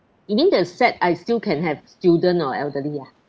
you mean the set I still can have student or elderly ah